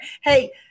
hey